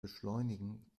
beschleunigen